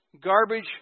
garbage